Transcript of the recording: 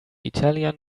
italian